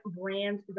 brand